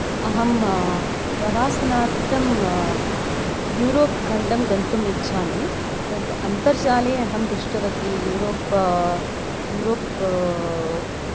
अहं प्रवासनार्थं यूरोप् खण्डं गन्तुम् इच्छामि तद् अन्तर्जाले अहं दृष्टवती यूरोप् यूरोप्